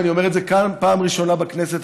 ואני אומר את זה כאן פעם ראשונה בכנסת,